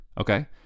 okay